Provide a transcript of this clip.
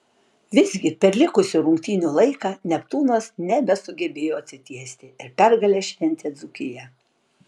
visgi per likusį rungtynių laiką neptūnas nebesugebėjo atsitiesti ir pergalę šventė dzūkija